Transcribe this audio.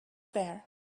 there